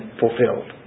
fulfilled